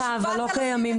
סליחה רגע,